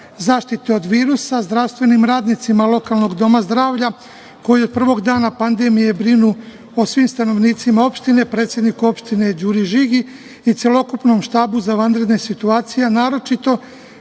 zaštite od virusa, zdravstvenim radnicima lokalnog doma zdravlja koji od prvog dana pandemije brinu o svim stanovnicima opštine, predsedniku opštine Đuri Žigi i celokupnom štabu za vanredne situacije, a naročito